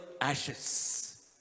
ashes